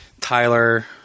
Tyler